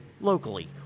Locally